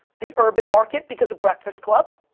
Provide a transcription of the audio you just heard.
the urban market, because the breakfast club.